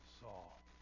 Saul